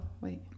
wait